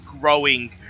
growing